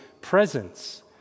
presence